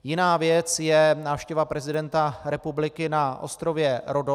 Jiná věc je návštěva prezidenta republiky na ostrově Rhodos.